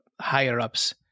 higher-ups